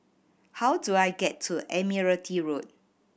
how do I get to Admiralty Road